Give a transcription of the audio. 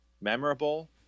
memorable